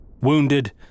Wounded